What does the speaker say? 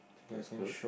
that's good